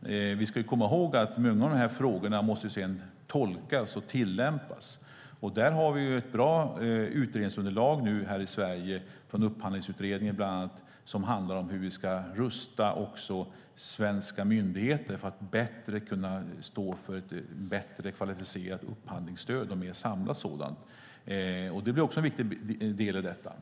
Många av dessa frågor måste tolkas och tillämpas. Vi har ett bra utredningsunderlag i Sverige, bland annat från Upphandlingsutredningen, som handlar om hur vi ska rusta svenska myndigheter för att bättre stå för ett mer kvalificerat och mer samlat upphandlingsstöd. Det är också en viktig del i detta.